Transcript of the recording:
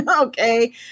Okay